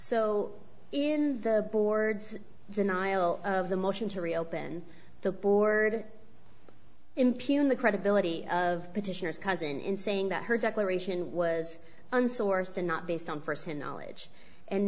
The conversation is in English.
so in the board's denial of the motion to reopen the board impugn the credibility of petitioners cousin in saying that her declaration was unsourced and not based on firsthand knowledge and